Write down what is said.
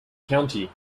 county